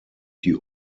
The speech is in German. die